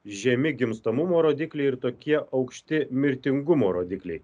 žemi gimstamumo rodikliai ir tokie aukšti mirtingumo rodikliai